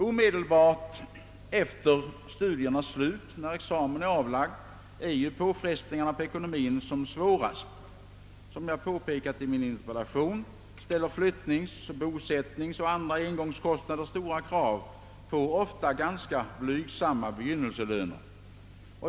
Omedelbart efter studiernas slut, när examen är avlagd, är påfrestningarna på ekonomin svårast. Som jag har påpekat i min interpellation ställer flyttnings-, bosättningsoch andra engångskostnader stora krav på ofta ganska blygsamma begynnelselöner.